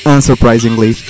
Unsurprisingly